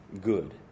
good